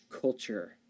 culture